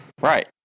Right